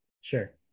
Sure